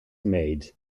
made